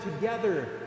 together